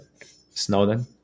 Snowden